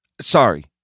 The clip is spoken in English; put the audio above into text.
Sorry